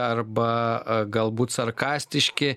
arba galbūt sarkastiški